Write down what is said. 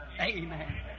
Amen